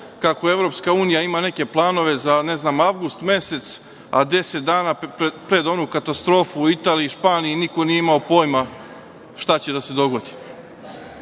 kako EU ima neke planove, ne znam, za avgust mesec, a deset dana pred onu katastrofu u Italiji i Španiji niko nije imao pojma šta će da se dogodi. Kada